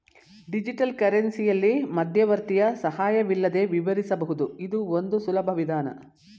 digital ಕರೆನ್ಸಿಯಲ್ಲಿ ಮಧ್ಯವರ್ತಿಯ ಸಹಾಯವಿಲ್ಲದೆ ವಿವರಿಸಬಹುದು ಇದು ಒಂದು ಸುಲಭ ವಿಧಾನ